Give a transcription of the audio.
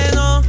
no